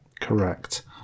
Correct